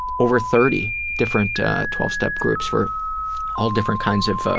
over thirty different twelve step groups for all different kinds of